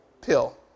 pill